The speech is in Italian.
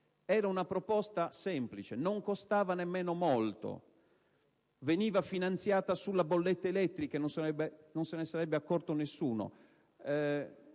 di una proposta semplice, non costava nemmeno molto, sarebbe stata finanziata sulla bolletta elettrica e non se ne sarebbe accorto nessuno: